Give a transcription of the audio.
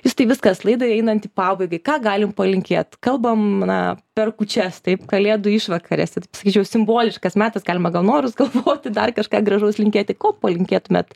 justai viskas laidai einant į pabaigą ką galim palinkėt kalbam na per kūčias taip kalėdų išvakarėse sakyčiau simboliškas metas galima gal norus galvoti dar kažką gražaus linkėti ko palinkėtumėt